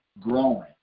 growing